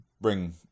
bring